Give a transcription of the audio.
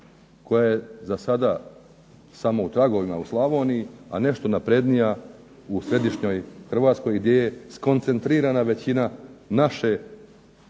koja je za sada samo u tragovima u Slavoniji, a nešto naprednija u središnjoj Hrvatskoj gdje je skoncentrirana većina naše